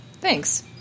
Thanks